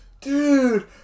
dude